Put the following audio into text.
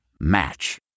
match